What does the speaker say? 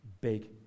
big